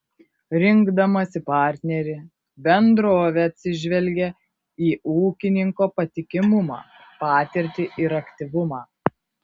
rinkdamasi partnerį bendrovė atsižvelgia į ūkininko patikimumą patirtį ir aktyvumą